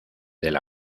del